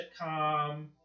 sitcom